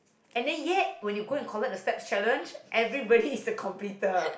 and then yet when you go and convert the steps challenge everybody is the completer